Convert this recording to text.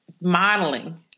modeling